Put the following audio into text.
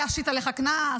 להשית עליך קנס?